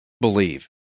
believe